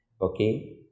okay